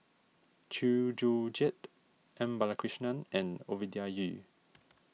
Chew Joo Chiat M Balakrishnan and Ovidia Yu